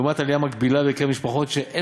לעומת עלייה מקבילה בקרב משפחות שאין